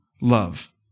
love